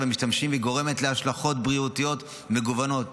המשתמשים וגורמת להשלכות בריאותיות מגוונות,